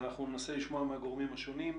ננסה לשמוע מהגורמים השונים,